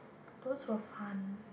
those were fun